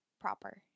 proper